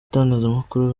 itangazamakuru